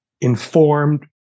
informed